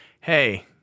hey